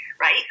right